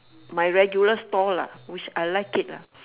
my regular store lah which I like it lah